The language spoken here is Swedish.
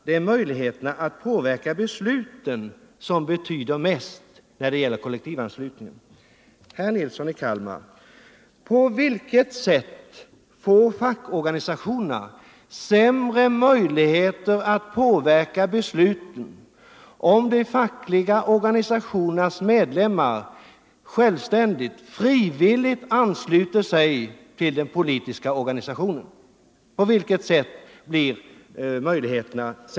Det är möjligheterna att påverka besluten som betyder mest när det gäller kollektivanslutningen, sade herr Nilsson. Men, herr Nilsson, på vilket sätt får fackorganisationerna sämre möjligheter att påverka besluten, om de fackliga organisationernas medlemmar självständigt och frivilligt ansluter sig till den politiska organisationen?